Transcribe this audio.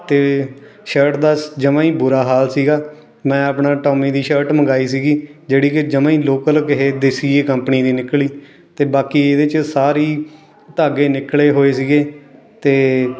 ਅਤੇ ਸ਼ਰਟ ਦਾ ਜਮਾ ਹੀ ਬੁਰਾ ਹਾਲ ਸੀਗਾ ਮੈਂ ਆਪਣਾ ਟੋਮੀ ਦੀ ਸ਼ਰਟ ਮੰਗਵਾਈ ਸੀਗੀ ਜਿਹੜੀ ਕਿ ਜਮਾ ਹੀ ਲੋਕਲ ਕਿਸੇ ਦੇਸੀ ਜਿਹੀ ਕੰਪਨੀ ਦੀ ਨਿਕਲੀ ਅਤੇ ਬਾਕੀ ਇਹਦੇ 'ਚ ਸਾਰੀ ਧਾਗੇ ਨਿਕਲੇ ਹੋਏ ਸੀਗੇ ਅਤੇ